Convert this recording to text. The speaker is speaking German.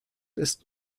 ist